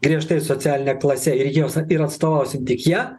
griežtai socialine klase ir jos ir atstovausim tik ją